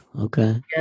okay